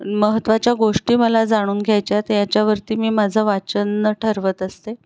महत्वाच्या गोष्टी मला जाणून घ्यायच्या आहेत याच्यावरती मी माझं वाचन ठरवत असते